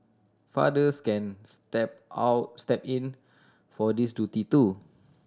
fathers can step out step in for this duty too